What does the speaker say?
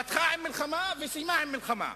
פתחה עם מלחמה וסיימה עם מלחמה.